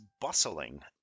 bustling